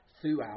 throughout